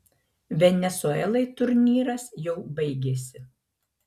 venesuelai turnyras jau baigėsi